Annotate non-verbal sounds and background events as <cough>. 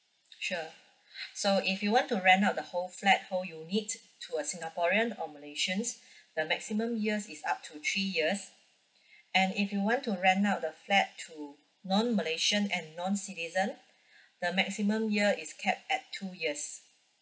sure <breath> so if you want to rent out the whole flat whole unit to a singaporean or malaysians the maximum years is up to three years and if you want to rent out the flat to non malaysian and non citizen the maximum year is capped at two years